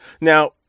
Now